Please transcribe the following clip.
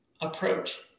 approach